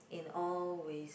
in all ways